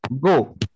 go